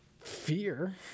fear